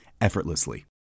effortlessly